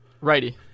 Righty